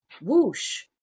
whoosh